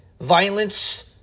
violence